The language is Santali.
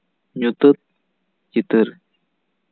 ᱧᱩᱛᱟᱹᱛ ᱪᱤᱛᱟᱹᱨ